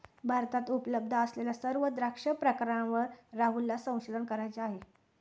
भारतात उपलब्ध असलेल्या सर्व द्राक्ष प्रकारांवर राहुलला संशोधन करायचे आहे